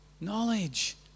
knowledge